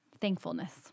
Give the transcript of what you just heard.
thankfulness